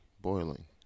boiling